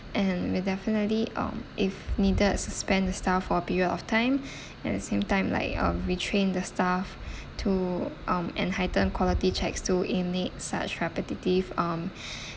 and we'll definitely um if needed suspend the staff for a period of time at the same time like um retrain the staff to um and heighten quality checks to innate such repetitive um